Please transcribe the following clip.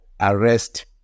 arrest